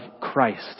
Christ